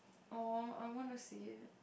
!aww! I wanna see it